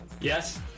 yes